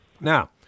Now